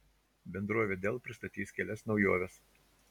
bendrovė dell pristatys kelias naujoves